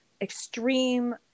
extreme